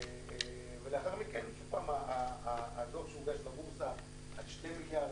לאחר מכן שוב, הדוח שהוגש בבורסה על 2 מיליארד.